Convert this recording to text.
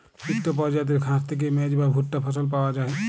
ইকট পরজাতির ঘাঁস থ্যাইকে মেজ বা ভুট্টা ফসল পাউয়া যায়